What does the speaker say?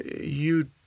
You